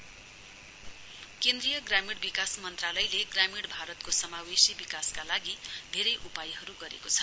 हरल इण्डिया केन्द्रीय ग्रामीण विकास मन्त्रालयले ग्रामीण भारतको समावेशी विकासका लागि धेरै उपायहरु गरेको छ